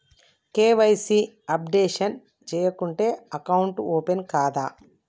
KYC updation చేయకుంటే account open కాదా?